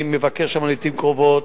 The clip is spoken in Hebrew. אני מבקר שם לעתים קרובות.